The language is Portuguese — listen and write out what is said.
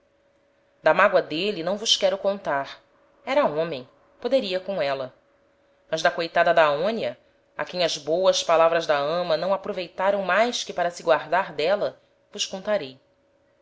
da mágoa d'êle não vos quero contar era homem poderia com éla mas da coitada da aonia a quem as boas palavras da ama não aproveitaram mais que para se guardar d'éla vos contarei